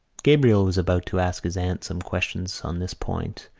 gabriel was about to ask his aunt some questions on this point,